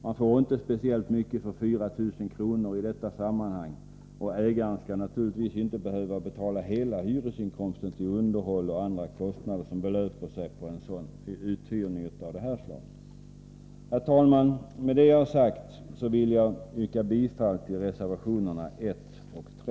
Man får inte speciellt mycket för 4000 kr. i detta sammanhang. Ägarens hela hyresinkomst skall naturligtvis inte behöva gå till underhåll och andra kostnader som hänför sig till uthyrningen. Herr talman! Med det jag har sagt vill jag yrka bifall till reservationerna 1 och 3.